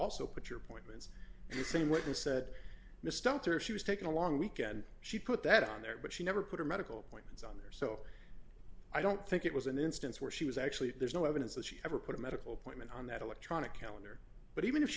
also put your point it's the same witness said mr alter she was taking a long weekend she put that on there but she never put her medical appointments on there so i don't think it was an instance where she was actually there's no evidence that she ever put a medical appointment on that electronic calendar but even if